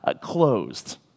closed